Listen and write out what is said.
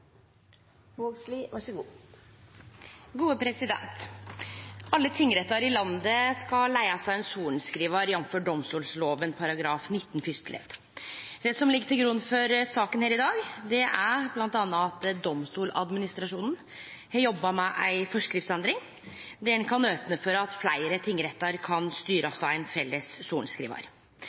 ligg til grunn for saka her i dag, er bl.a. at Domstoladministrasjonen, DA, har jobba med ei forskriftsendring der ein kan opne for at fleire tingrettar kan styrast av ein felles